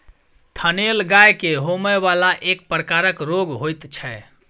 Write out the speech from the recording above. थनैल गाय के होमय बला एक प्रकारक रोग होइत छै